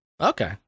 Okay